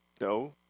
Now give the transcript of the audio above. no